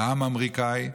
בעם האמריקאי,